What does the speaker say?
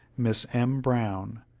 miss m. brown,